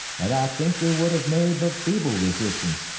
and i think we would have made but feeble resistance,